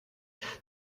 that